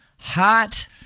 hot